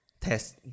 test